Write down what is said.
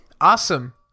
Awesome